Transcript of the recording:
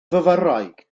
fyfyrwraig